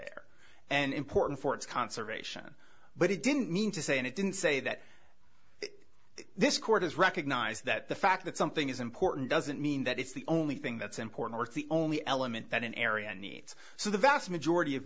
bear and important for its conservation but it didn't mean to say and it didn't say that this court has recognized that the fact that something is important doesn't mean that it's the only thing that's important the only element that an area needs so the vast majority of